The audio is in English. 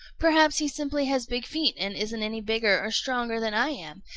perhaps he simply has big feet and isn't any bigger or stronger than i am,